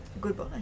Goodbye